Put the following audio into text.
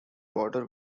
border